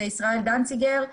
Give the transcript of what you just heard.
ישראל דנציגר,